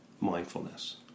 mindfulness